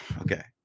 okay